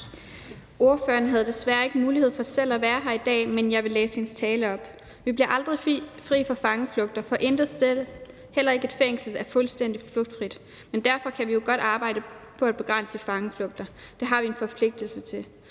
ordfører havde desværre ikke mulighed for selv at være her i dag, men jeg vil læse hendes tale op. Vi bliver aldrig fri for fangeflugter, for intet sted, heller ikke et fængsel, er fuldstændig flugtfrit, men derfor kan vi jo godt arbejde på at begrænse fangeflugter. Det har vi en forpligtelse til.